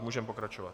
Můžeme pokračovat.